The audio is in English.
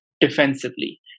defensively